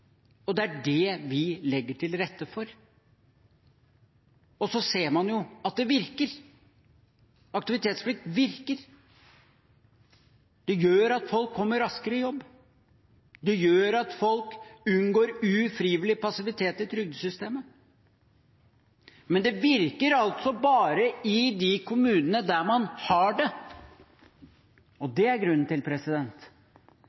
Det er det vi legger til rette for. Og så ser man at det virker. Aktivitetsplikt virker! Det gjør at folk kommer raskere i jobb. Det gjør at folk unngår ufrivillig passivitet i trygdesystemet, men det virker altså bare i de kommunene der man har det. Det er grunnen til at dette nå skal gjelde over alt, og